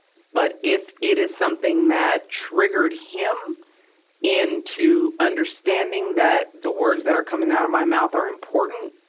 but if it is something that triggered him into understanding that the words that are coming out of my mouth are important,